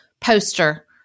poster